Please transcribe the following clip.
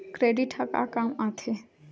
Credit ह का काम आथे?